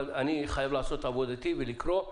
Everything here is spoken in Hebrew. ואני חייב לעשות את עבודתי ולקרוא,